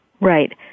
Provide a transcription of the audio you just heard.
Right